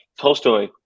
tolstoy